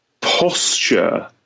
posture